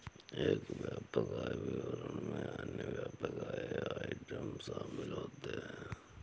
एक व्यापक आय विवरण में अन्य व्यापक आय आइटम शामिल होते हैं